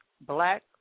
Black